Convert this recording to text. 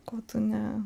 ko tu ne